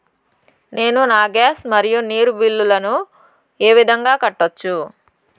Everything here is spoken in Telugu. నేను నా గ్యాస్, మరియు నీరు బిల్లులను ఏ విధంగా కట్టొచ్చు?